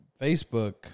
Facebook